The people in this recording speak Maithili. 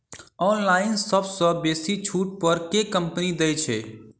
ऑनलाइन सबसँ बेसी छुट पर केँ कंपनी दइ छै?